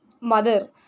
mother